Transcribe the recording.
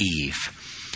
Eve